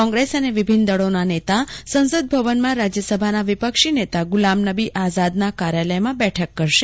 કોંગ્રેસ અને વિભિન્ન દળોના નેતા સંસદભવનમાં રાજ્યસભાના વિપક્ષી નેતા ગુલામનબી આઝાદના કાર્યાલયમાં બેઠક કરશે